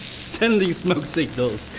sending smoke signals.